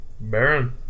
Baron